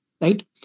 right